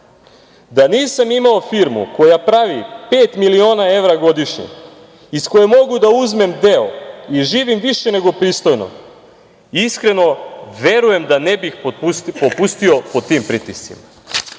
Da nisam imao firmu koja pravi pet miliona evra godišnje iz koje mogu da uzmem deo i živim više nego pristojno, iskreno, verujem da ne bih popustio pod tim pritiscima. Dakle,